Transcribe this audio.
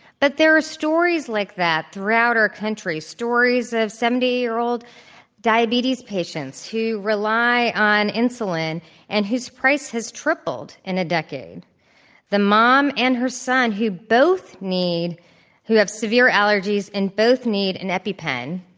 but there are stories like that throughout our country. stories of seventy year old diabetes patients who rely on insulin and whose price has tripled in a decade the mom and her son who both need who have severe allergies and both need an epi-pen,